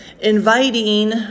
inviting